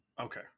Okay